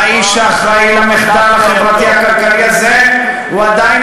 והאיש האחראי למחדל החברתי הכלכלי הזה עדיין